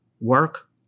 work